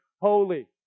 holy